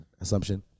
assumption